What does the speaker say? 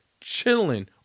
chilling